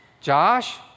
josh